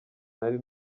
nari